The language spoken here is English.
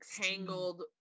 tangled